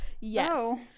yes